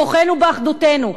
כוחנו באחדותנו.